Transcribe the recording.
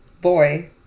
boy